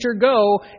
go